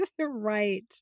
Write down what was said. Right